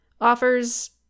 offers